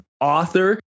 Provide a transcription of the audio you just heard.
author